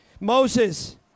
Moses